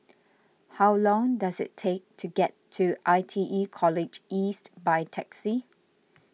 how long does it take to get to I T E College East by taxi